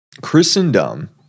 Christendom